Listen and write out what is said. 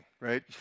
right